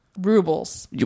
Rubles